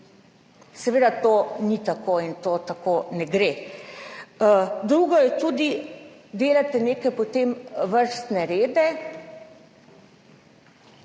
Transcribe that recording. Seveda to ni tako in to tako ne gre. Drugo je tudi, da delate neke vrstne rede,